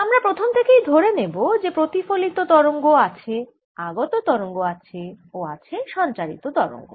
আমরা প্রথম থেকেই ধরে নেব যে প্রতিফলিত তরঙ্গ আছে আগত তরঙ্গ আছে ও আছে সঞ্চারিত তরঙ্গ